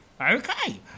Okay